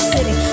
City